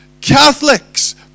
Catholics